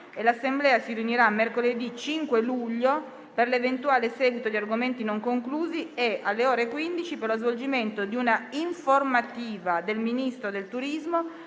L'Assemblea si riunirà mercoledì 5 luglio per l'eventuale seguito di argomenti non conclusi e, alle ore 15, per lo svolgimento di un'informativa del Ministro del turismo